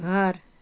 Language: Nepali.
घर